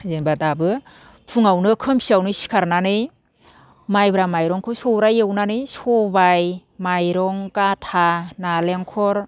जेनोबा दाबो फुङावनो खोमसियावनो सिखारनानै माइब्रा माइरंखौ सौराइ एवनानै सबाइ माइरं गाथा नालेंखर